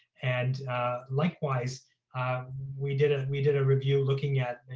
and likewise we did we did a review looking at,